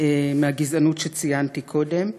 מהגזענות שציינתי קודם,